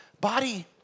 body